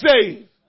saved